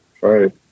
right